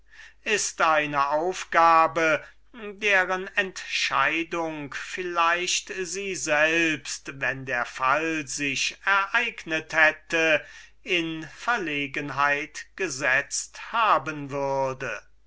ist eine problematische frage deren entscheidung vielleicht sie selbst wenn der fall sich ereignet hätte in keine kleine verlegenheit gesetzt haben würde